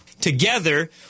Together